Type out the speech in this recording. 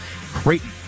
Creighton